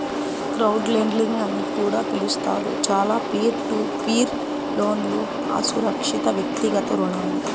crowdlending అని కూడా పిలుస్తారు, చాలా పీర్ టు పీర్ లోన్లుఅసురక్షితవ్యక్తిగత రుణాలు